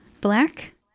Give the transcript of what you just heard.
black